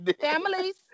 families